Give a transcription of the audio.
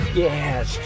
yes